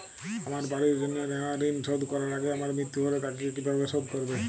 আমার বাড়ির জন্য নেওয়া ঋণ শোধ করার আগে আমার মৃত্যু হলে তা কে কিভাবে শোধ করবে?